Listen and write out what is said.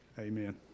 Amen